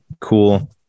Cool